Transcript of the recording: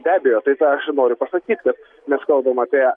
be abejo tai tą aš noriu pasakyt kad mes kalbam apie